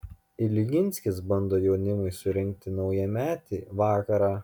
iljinskis bando jaunimui surengti naujametį vakarą